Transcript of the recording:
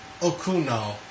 Okuno